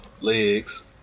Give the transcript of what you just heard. legs